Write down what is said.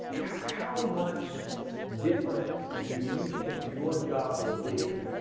how much different do you think your job will be